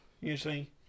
usually